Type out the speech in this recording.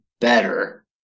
better